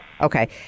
okay